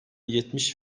yetmiş